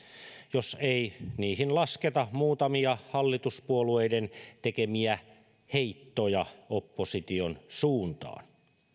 jos ei niihin lasketa muutamia hallituspuolueiden tekemiä heittoja opposition suuntaan